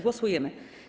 Głosujemy.